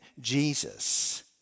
Jesus